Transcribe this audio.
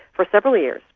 for several years.